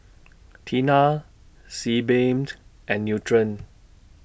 Tena Sebamed and Nutren